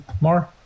more